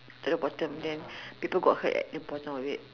to the bottom then people got hurt at the bottom of it